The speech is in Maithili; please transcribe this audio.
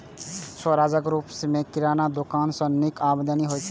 स्वरोजगारक रूप मे किराना दोकान सं नीक आमदनी होइ छै